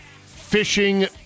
fishing